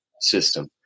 system